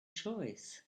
choice